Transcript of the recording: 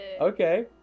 Okay